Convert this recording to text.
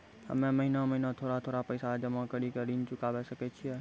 हम्मे महीना महीना थोड़ा थोड़ा पैसा जमा कड़ी के ऋण चुकाबै सकय छियै?